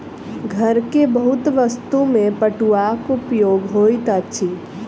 घर के बहुत वस्तु में पटुआक उपयोग होइत अछि